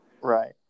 Right